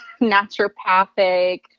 naturopathic